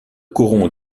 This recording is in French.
coron